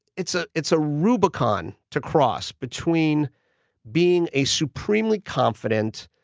it's ah it's a rubicon to cross between being a supremely confident,